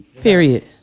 Period